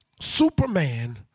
Superman